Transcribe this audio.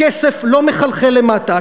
הכסף לא מחלחל למטה.